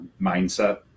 mindset